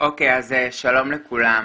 שלום לכולם,